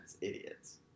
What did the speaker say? idiots